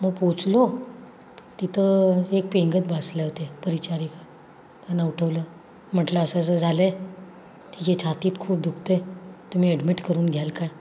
मग पोहचलो तिथं एक पेंगत बसल्या होत्या परिचारिका त्यांना उठवलं म्हटलं असं असं झालं आहे तिचे छातीत खूप दुखतं आहे तुम्ही ॲडमिट करून घ्याल काय